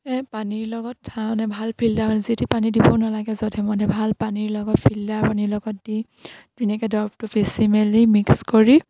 পানীৰ লগত মানে ভাল ফিল্টাৰ যিটি পানী দিব নালাগে জধে মধে ভাল পানীৰ লগত ফিল্টাৰ পানীৰ লগত দি ধুনীয়াকে দৰৱটো পিচি মেলি মিক্স কৰি